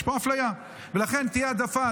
יש פה אפליה, ולכן תהיה העדפה.